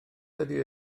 ydy